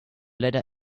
letter